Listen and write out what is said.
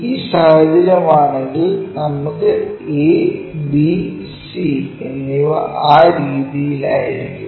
ഈ സാഹചര്യമാണെങ്കിൽ നമുക്ക് a b c എന്നിവ ആ രീതിയിൽ ആയിരിക്കും